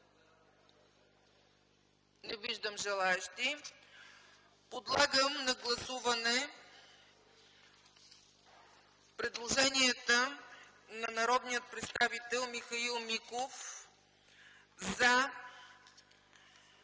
Не виждам желаещи. Подлагам на гласуване предложенията на народния представител Михаил Миков по т.